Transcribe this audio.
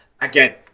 again